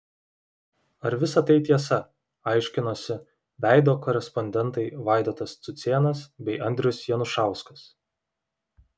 ar visa tai tiesa aiškinosi veido korespondentai vaidotas cucėnas bei andrius janušauskas